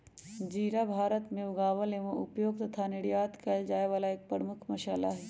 जीरा भारत में उगावल एवं उपयोग तथा निर्यात कइल जाये वाला एक प्रमुख मसाला हई